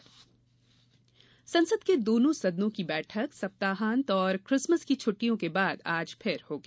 संसद सत्र संसद के दोनों सदनों की बैठक सप्ताहांत और क्रिसमस की छट्टियों के बाद आज फिर होगी